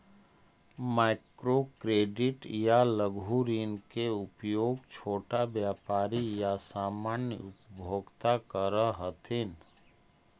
micro credit या लघु ऋण के उपयोग छोटा व्यापारी या सामान्य उपभोक्ता करऽ हथिन